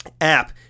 app